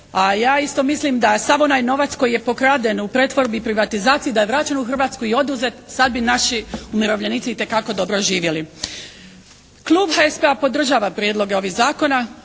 A ja isto mislim da sav onaj novac koji je pokraden u pretvorbi i privatizaciji da je vraćen u Hrvatsku i oduzet sad bi naši umirovljenici itekako dobro živjeli. Klub HSP-a podržava prijedloge ovih zakona.